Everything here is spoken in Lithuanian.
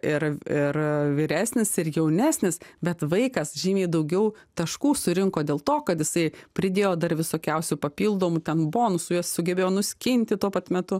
ir ir a vyresnis ir jaunesnis bet vaikas žymiai daugiau taškų surinko dėl to kad jisai pridėjo dar visokiausių papildomų ten bonusų juos sugebėjo nuskinti tuo pat metu